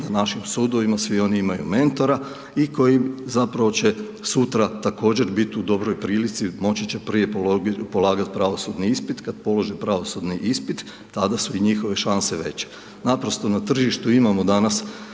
na našim sudovima, svi oni imaju mentora i koji, zapravo, će sutra također biti u dobroj prilici, moći će prije polagati pravosudni ispit, kad polože pravosudni ispit, tada su i njihove šanse veće, Naprosto, na tržištu imamo danas